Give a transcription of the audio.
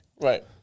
right